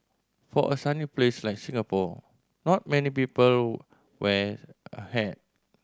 for a sunny place like Singapore not many people wear a hat